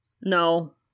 No